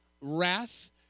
wrath